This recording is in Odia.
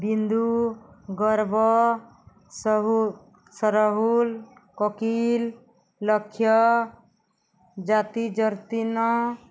ବିନ୍ଦୁ ଗର୍ବ ସହୁ ସରହୁଲ କକିଲ ଲକ୍ଷ ଜାତି ଜର୍ତନ